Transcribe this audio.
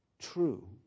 true